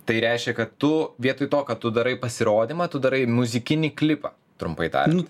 tai reiškia kad tu vietoj to kad tu darai pasirodymą tu darai muzikinį klipą trumpai tariant